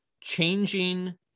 changing